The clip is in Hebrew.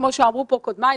כמו שאמרו כאן קודמיי,